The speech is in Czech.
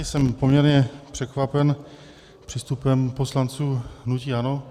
Jsem poměrně překvapen přístupem poslanců hnutí ANO.